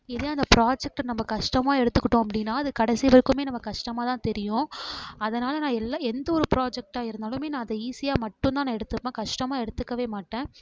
இதே அந்த ப்ராஜெக்ட்டு நம்ம கஷ்டமாக எடுத்துகிட்டோம் அப்படின்னா அது கடைசி வரைக்கும் நம்ம கஷ்டமாக தான் தெரியும் அதனால நான் எல்லா எந்த ஒரு ப்ராஜெக்டாக இருந்தாலும் நான் அதை ஈஸியாக மட்டும்தான் நான் எடுத்துப்பேன் கஷ்டமாக எடுத்துக்க மாட்டேன்